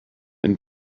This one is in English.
and